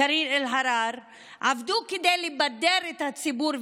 רק בשביל להישאר הגלגל החמישי בממשלת נתניהו